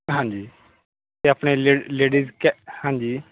ਹਾਂਜੀ ਅਤੇ ਆਪਣੇ ਲੇ ਲੇਡੀਜ਼ ਕੈ ਹਾਂਜੀ